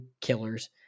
killers